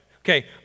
Okay